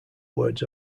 words